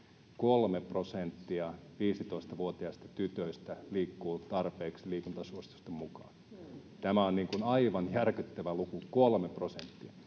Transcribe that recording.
prosenttia 15-vuotiaista tytöistä liikkuu tarpeeksi liikuntasuositusten mukaan. Tämä on aivan järkyttävä luku: kolme prosenttia.